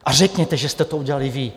A řekněte, že jste to udělali vy.